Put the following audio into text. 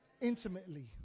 Intimately